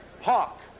Hawk